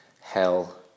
hell